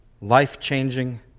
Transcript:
life-changing